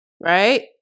right